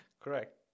Correct